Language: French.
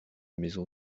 maison